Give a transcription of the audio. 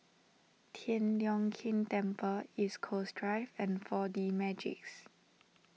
Tian Leong Keng Temple East Coast Drive and four D Magix